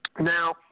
Now